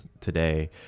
today